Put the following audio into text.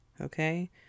okay